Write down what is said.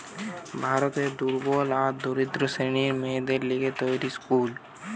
ভারতের দুর্বল আর দরিদ্র শ্রেণীর মেয়েদের লিগে তৈরী স্কুল